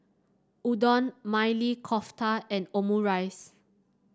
Udon Maili Kofta and Omurice